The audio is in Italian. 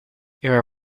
era